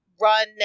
run